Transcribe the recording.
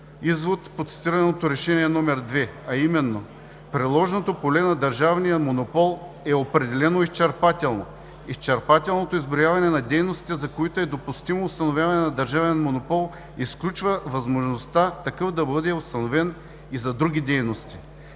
извод по цитираното Решение № 2, а именно: приложното поле на държавния монопол е определено изчерпателно. Изчерпателното изброяване на дейностите, за които е допустимо установяване на държавен монопол, изключва възможността такъв да бъде установен и за други дейности.